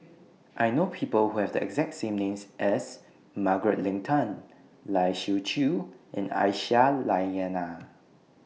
I know People Who Have The exact name as Margaret Leng Tan Lai Siu Chiu and Aisyah Lyana